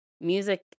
music